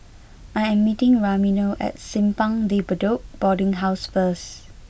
I am meeting Ramiro at Simpang De Bedok Boarding House first